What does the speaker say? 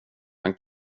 han